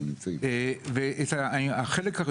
החלק הזה